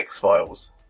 X-Files